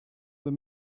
the